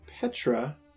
Petra